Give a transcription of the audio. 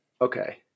Okay